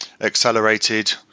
accelerated